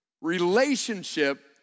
relationship